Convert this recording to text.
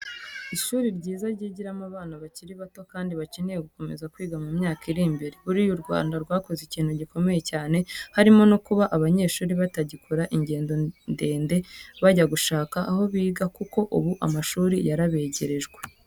Ishuri ryiza ryigiramo abana bakiri bato kandi bakeneye gukomeza kwiga mu myaka iri imbere, buriya u Rwanda rwakoze ikintu gikomeye cyane harimo no kuba abanyeshuri batagikora ingendo ndende bajya gushaka aho biga kuko ubu amashuri yarabegerejwe.